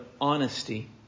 honesty